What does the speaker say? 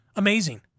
amazing